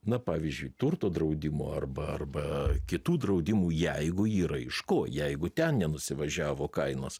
na pavyzdžiui turto draudimo arba arba kitų draudimų jeigu yra iš ko jeigu ten nenusivažiavo kainos